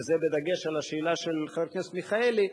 וזה בדגש על השאלה של חבר הכנסת מיכאלי,